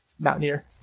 Mountaineer